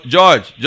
George